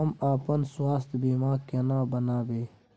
हम अपन स्वास्थ बीमा केना बनाबै?